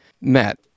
Matt